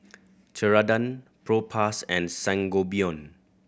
Ceradan Propass and Sangobion